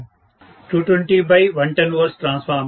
220 110 V